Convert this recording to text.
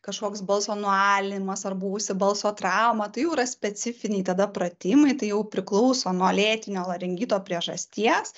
kažkoks balso nualinimas ar buvusi balso trauma tai jau yra specifiniai tada pratimai tai jau priklauso nuo lėtinio laringito priežasties